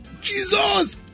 Jesus